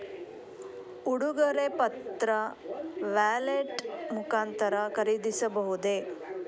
ಉಡುಗೊರೆ ಪತ್ರ ವ್ಯಾಲೆಟ್ ಮುಖಾಂತರ ಖರೀದಿಸಬಹುದೇ?